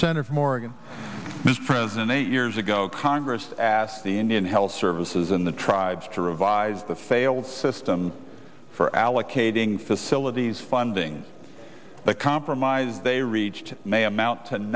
center from oregon prison eight years ago congress asked the indian health services and the tribes to revise the failed system for allocating facilities funding the compromise they reached may amount